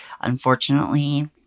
unfortunately